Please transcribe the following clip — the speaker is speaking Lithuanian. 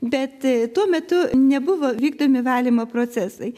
bet tuo metu nebuvo vykdomi valymo procesai